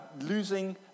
losing